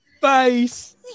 face